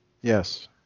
Yes